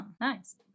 nice